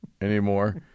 anymore